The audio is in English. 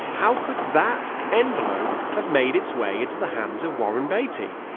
how could that envelope have made its way into the hands of warren beatty?